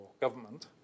government